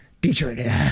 Detroit